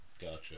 Gotcha